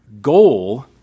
goal